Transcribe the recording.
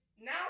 now